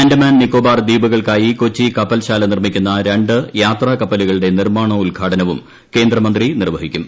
ആൻഡമാൻ നിക്കോബാർ ദ്വീപുകൾക്കായി കൊച്ചി കപ്പൽശാല നിർമ്മിക്കുന്ന രണ്ടു യാത്രാകപ്പലുകളുടെ നിർമാണോദ്ഘാടനവും കേന്ദ്രമന്ത്രി നിർവ്വഹിക്കും